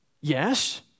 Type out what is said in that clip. Yes